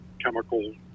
chemical